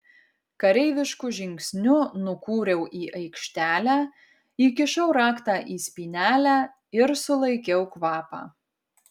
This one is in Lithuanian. kareivišku žingsniu nukūriau į aikštelę įkišau raktą į spynelę ir sulaikiau kvapą